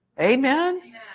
Amen